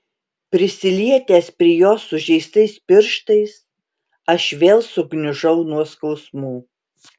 prisilietęs prie jos sužeistais pirštais aš vėl sugniužau nuo skausmų